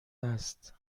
است